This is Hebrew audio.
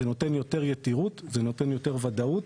זה נותן יותר יתירות, זה נותן יותר ודאות.